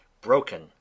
broken